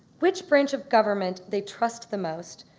which branch of government they trust the most,